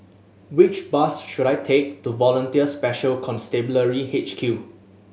which bus should I take to Volunteer Special Constabulary H Q